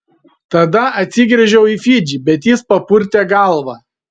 tada atsigręžiau į fidžį bet jis papurtė galvą